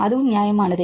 அதுவும் நியாயமானதே